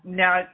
now